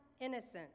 innocent